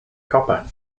copper